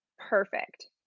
perfect